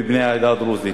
על מנת להכינה לקריאה ראשונה.